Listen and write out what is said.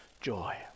joy